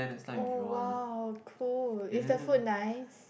oh !wow! cool is the food nice